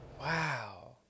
Wow